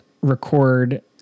record